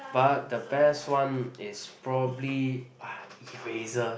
but the best one is probably ah eraser